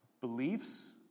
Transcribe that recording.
beliefs